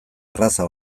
erraza